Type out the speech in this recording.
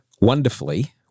Wonderfully